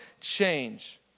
change